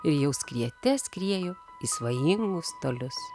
ir jau skriete skriejo į svajingus tolius